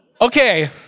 Okay